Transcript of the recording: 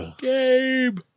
Gabe